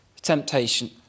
temptation